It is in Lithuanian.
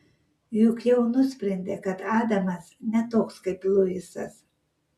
juk jau nusprendė kad adamas ne toks kaip luisas